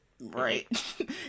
right